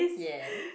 yes